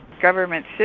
government